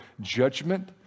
judgment